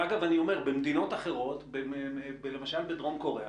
אגב אני אומר, במדינות אחרות, למשל בדרום קוריאה,